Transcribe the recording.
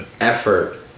effort